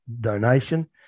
donation